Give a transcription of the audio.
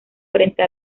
frente